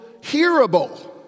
hearable